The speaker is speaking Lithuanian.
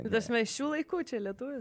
ta prasme šių laikų čia lietuvis